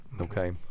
Okay